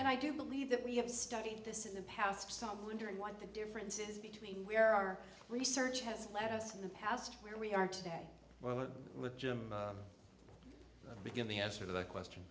and i do believe that we have studied this in the past some wondering what the difference is between where our research has led us in the past where we are today but with jim i begin the answer the question